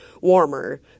warmer